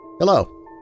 Hello